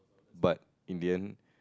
but in the end